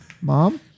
Mom